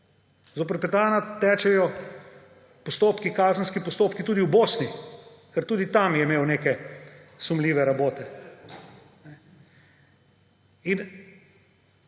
Zoper Petana tečejo kazenski postopki tudi v Bosni, ker tudi tam je imel neke sumljive rabote. In